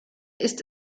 ist